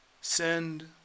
Send